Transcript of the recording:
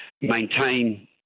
maintain